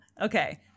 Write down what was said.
Okay